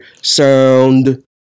sound